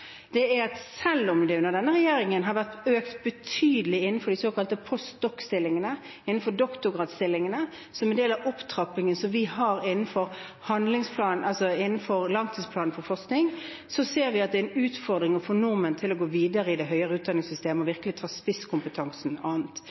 utdanningssystemet, er at selv om en under denne regjeringen har økt betydelig innenfor de såkalte post doc.-stillingene og innenfor doktorgradsstillingene som en del av opptrappingen som vi har innenfor langtidsplanen for forskning, så ser vi at det er en utfordring å få nordmenn til å gå videre i det høyere utdanningssystemet og virkelig ta